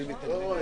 אני לא הכנתי נאום.